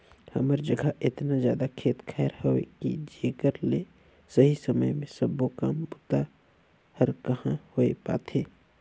हमर जघा एतना जादा खेत खायर हवे कि जेकर ले सही समय मे सबो काम बूता हर कहाँ होए पाथे